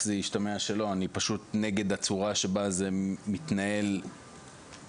השתמע שלא אני פשוט נגד הצורה שבה זה מתנהל "אצלנו",